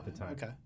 okay